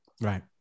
Right